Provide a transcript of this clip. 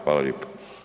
Hvala lijepo.